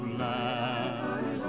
land